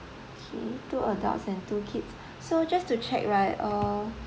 K two adults and two kids so just to check like uh